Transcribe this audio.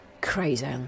Crazy